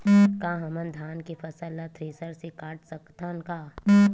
का हमन धान के फसल ला थ्रेसर से काट सकथन का?